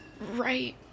Right